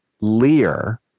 Lear